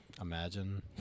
Imagine